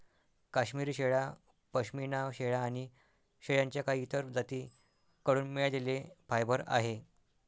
काश्मिरी शेळ्या, पश्मीना शेळ्या आणि शेळ्यांच्या काही इतर जाती कडून मिळालेले फायबर आहे